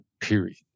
period